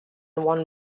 one